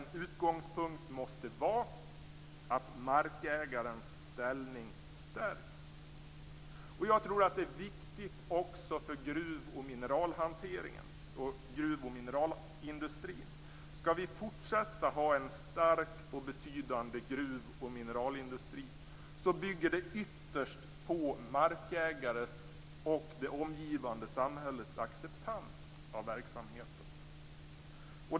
En utgångspunkt måste då vara att markägarens ställning stärks. Detta är viktigt också för gruv och mineralindustrin. Skall vi fortsätta att ha en stark och betydande gruv och mineralindustri bygger det ytterst på markägares och det omgivande samhällets acceptans av verksamheten.